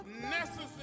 necessary